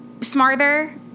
smarter